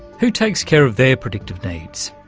who takes care of their predictive needs?